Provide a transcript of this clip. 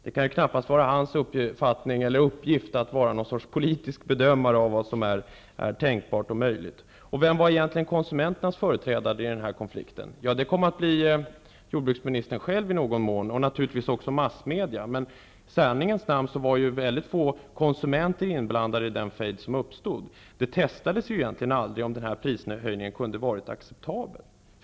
Det kan knappast vara hans uppgift att vara något slags politisk bedömare av vad som är tänkbart och möjligt. Och vem var egentligen konsumenternas företrädare i konflikten? Det kom i någon mån att bli jordbruksministern själv och naturligtvis också massmedia. Men i sanningens namn måste det sägas att mycket få konsumenter var inblandade i den fejd som uppstod. Det testades egentligen aldrig om den här prishöjningen kunde ha varit acceptabel.